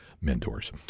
mentors